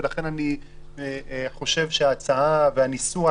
ולכן אני חושב שההצעה והניסוח,